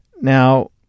Now